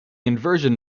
inversion